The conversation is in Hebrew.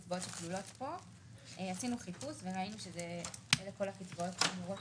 בן-לוי אגף השכר והסכמי עבודה,